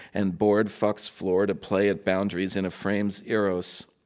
and board fucks floor to play at boundaries in a frame's eros.